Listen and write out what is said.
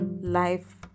life